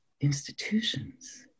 institutions